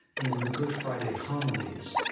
in the good friday homilies,